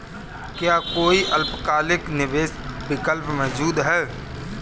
क्या कोई अल्पकालिक निवेश विकल्प मौजूद है?